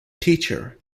teacher